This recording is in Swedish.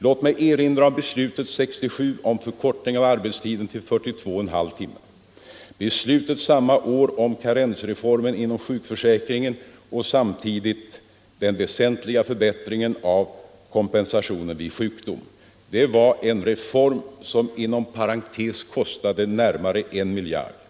Låt mig erinra om beslutet 1967 om förkortning av arbetstiden till 42,5 timmar, beslutet samma år om karensreformen inom sjukförsäkringen och samtidigt den väsentliga förbättringen av kompensationen vid sjukdom. Det var en reform som inom parentes kostade närmare 1 miljard kronor.